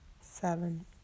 seven